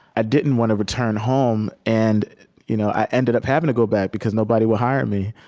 i didn't want to return home, and you know i ended up having to go back, because nobody would hire me.